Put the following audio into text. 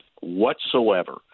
whatsoever